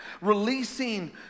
releasing